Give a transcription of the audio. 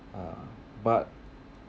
ah but